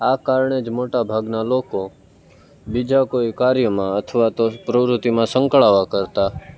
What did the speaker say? આ કારણે જ મોટા ભાગના લોકો બીજા કોઈ કાર્યમાં અથવા તો પ્રવૃત્તિમાં સંકળાવા કરતાં